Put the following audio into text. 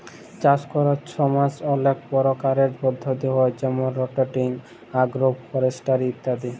চাষ ক্যরার ছময় অলেক পরকারের পদ্ধতি হ্যয় যেমল রটেটিং, আগ্রো ফরেস্টিরি ইত্যাদি